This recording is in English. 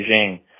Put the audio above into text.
Beijing